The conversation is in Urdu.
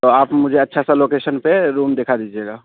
تو آپ مجھے اچھا سا لوکیشن پ روم دکھا دیجیے گا